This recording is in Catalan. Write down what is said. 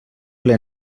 ple